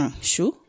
sure